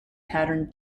pattern